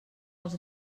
els